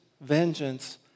vengeance